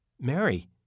Mary